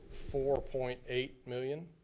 four point eight million.